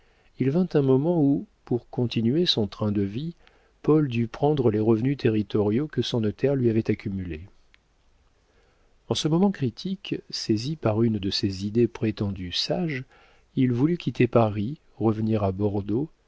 il vint un moment où pour continuer son train de vie paul dut prendre les revenus territoriaux que son notaire lui avait accumulés en ce moment critique saisi par une de ces idées prétendues sages il voulut quitter paris revenir à bordeaux